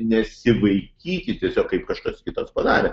nesivaikyti tiesiog kaip kažkas kitas padarė